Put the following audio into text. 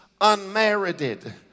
unmerited